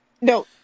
no